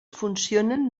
funcionen